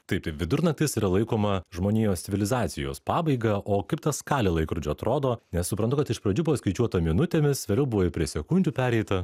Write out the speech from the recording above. taip tai vidurnaktis yra laikoma žmonijos civilizacijos pabaiga o kaip ta skalė laikrodžio atrodo nes suprantu kad iš pradžių buvo skaičiuota minutėmis vėliau buvo ir prie sekundžių pereita